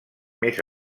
més